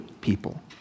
people